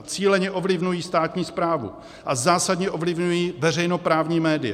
Cíleně ovlivňují státní správu a zásadně ovlivňují veřejnoprávní média.